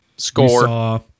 Score